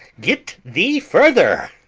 get thee further.